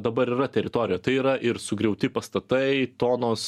dabar yra teritorijoj tai yra ir sugriauti pastatai tonos